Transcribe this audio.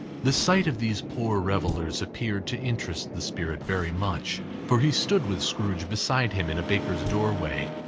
the sight of these poor revellers appeared to interest the spirit very much, for he stood with scrooge beside him in a baker's doorway,